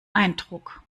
eindruck